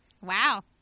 Wow